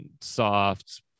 soft